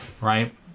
right